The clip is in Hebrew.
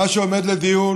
מה שעומד לדיון